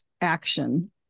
action